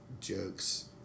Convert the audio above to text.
Jokes